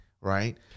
right